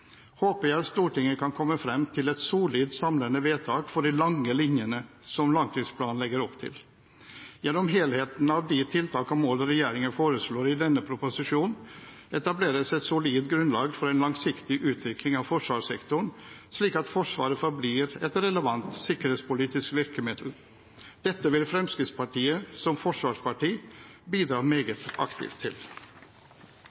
håper jeg at Stortinget kan komme fram til et solid, samlende vedtak for de lange linjene som langtidsplanen legger opp til. Gjennom helheten av de tiltak og mål regjeringen foreslår i denne proposisjonen, etableres et solid grunnlag for en langsiktig utvikling av forsvarssektoren, slik at Forsvaret forblir et relevant sikkerhetspolitisk virkemiddel. Dette vil Fremskrittspartiet, som forsvarsparti, bidra